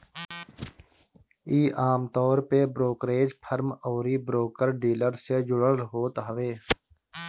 इ आमतौर पे ब्रोकरेज फर्म अउरी ब्रोकर डीलर से जुड़ल होत हवे